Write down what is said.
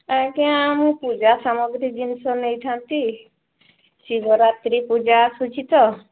ଆଜ୍ଞା ମୁଁ ପୂଜା ସାମଗ୍ରୀ ଜିନିଷ ନେଇ ଥାଆନ୍ତି ଶିବରାତ୍ରୀ ପୂଜା ଆସୁଛି ତ